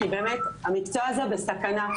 כי באמת המקצוע הזה בסכנה.